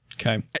Okay